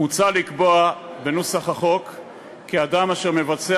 מוצע לקבוע בנוסח החוק,